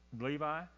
Levi